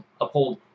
uphold